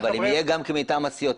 אבל אם יהיה גם כן מטעם הסיעות.